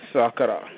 Sakara